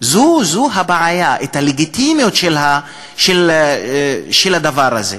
זו הבעיה, הלגיטימיות של הדבר הזה.